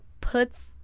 puts